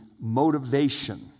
motivation